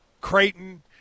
Creighton